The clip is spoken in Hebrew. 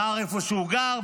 גר איפה שהוא גר,